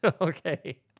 Okay